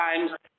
sometimes-